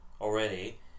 already